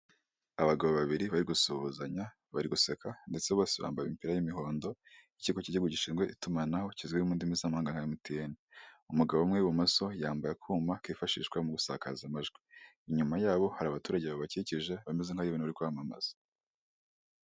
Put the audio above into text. Abagabo babiri bari gusuhuzanya bari guseka, ndetse bose bambaye imipira y'imihondo y'ikigo cy'igihugu gishinzwe itumanaho kizwi mu ndimi z'amahanga nka Emutiyene. Umugabo umwe w'ibumoso yambaye akuma, kifashishwa mu gusakaza amajwi. Inyuma yabo hari abaturage babakikije bameze nk'aho hari ibintu bari kwamamaza.